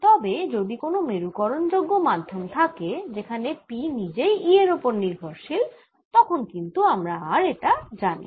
তবে যদি কোনও মেরুকরণযোগ্য মাধ্যম থাকে যেখানে P নিজেই Eএর উপর নির্ভরশীল তখন কিন্তু আমি এটা জানিনা